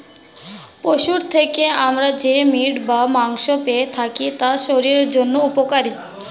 পশুর থেকে আমরা যে মিট বা মাংস পেয়ে থাকি তা শরীরের জন্য উপকারী